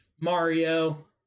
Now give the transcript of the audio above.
Mario